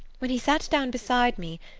when he sat down beside me,